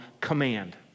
command